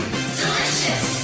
Delicious